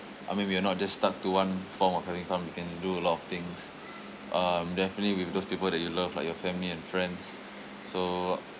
I mean we're not just stuck to one form of having fun we can do a lot of things um definitely with those people that you love like your family and friends so